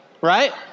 Right